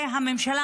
והממשלה,